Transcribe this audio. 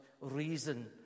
reason